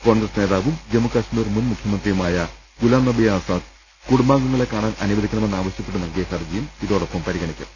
കോൺഗ്രസ് നേതാവും ജമ്മുകശ്മീർ മുൻ മുഖ്യമന്ത്രിയുമായ ഗുലാം നബി ആസാദ് കുടുംബാംഗങ്ങളെ കാണാൻ അനുവദിക്കണമെന്ന് ആവ ശ്യപ്പെട്ട് നൽകിയ ഹർജിയും ഇതോടൊപ്പം പരിഗണിക്കും